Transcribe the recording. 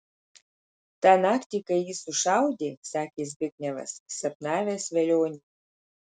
tą naktį kai jį sušaudė sakė zbignevas sapnavęs velionį